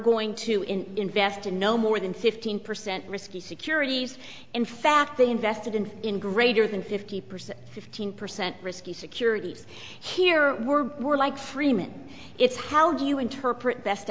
going to in invest in no more than fifteen percent risky securities in fact they invested and in greater than fifty percent fifteen percent risky securities here were more like freeman it's how do you interpret best